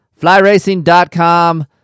FlyRacing.com